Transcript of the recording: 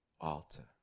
alter